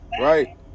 right